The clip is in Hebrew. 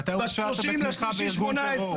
ואתה הורשעת בתמיכה בארגון טרור.